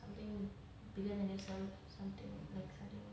something bigger than yourself something like something